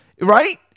right